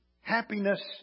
happiness